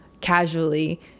casually